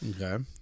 Okay